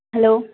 hello